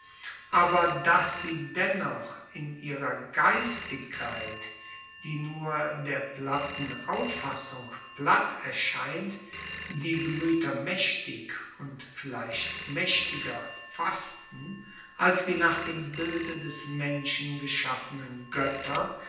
aber dass sie dennoch in ihrer geistigkeit die nur der platten auffassung platt erscheint die gemueter maechtig und vielleicht maechtiger fassten als die nach dem bilde des menschen geschaffenen goetter